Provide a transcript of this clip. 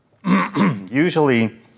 Usually